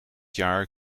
jaar